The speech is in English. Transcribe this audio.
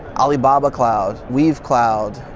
alibaba cloud, weave cloud,